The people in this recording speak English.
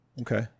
Okay